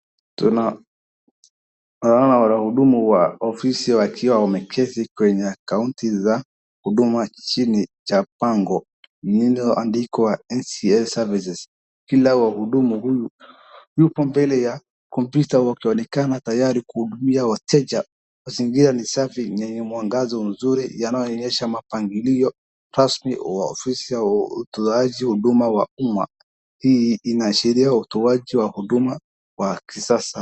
Tunaona wahudumu wa ofisi wakiwa wameketi kwenye county za huduma chini ya pango lililoandikwa NCA services. Kila wahudumu yuko mbele ya kompyuta wakionekana tayari kuhudumia wateja. Mazingira ni safi na ni mwangazo mzuri, yanayoonyesha mapangilio rasmi ya ofisi ya utoaji huduma wa umma. Hii inaashiria utoaji wa huduma za kisasa.